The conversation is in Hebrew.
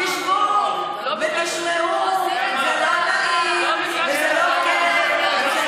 תשבו ותשמעו, זה לא נעים וזה לא כיף.